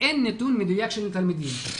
אין נתון מדויק של התלמידים".